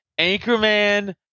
Anchorman